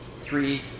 three